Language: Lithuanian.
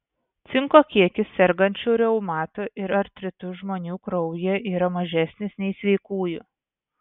cinko kiekis sergančių reumatu ir artritu žmonių kraujyje yra mažesnis nei sveikųjų